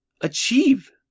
Achieve